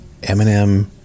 Eminem